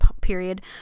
period